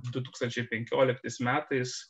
du tūkstančiai penkioliktais metais